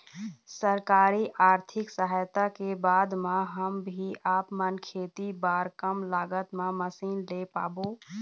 सरकारी आरथिक सहायता के बाद मा हम भी आपमन खेती बार कम लागत मा मशीन ले पाबो?